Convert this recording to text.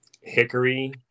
Hickory